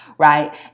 Right